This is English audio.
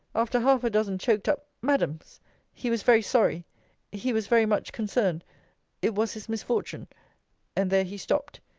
after half a dozen choaked-up madams he was very sorry he was very much concerned it was his misfortune and there he stopped,